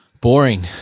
Boring